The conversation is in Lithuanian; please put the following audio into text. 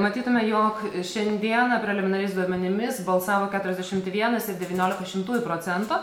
matytume jog šiandieną preliminariais duomenimis balsavo keturiasdešimt vienas ir devyniolika šimtųjų procento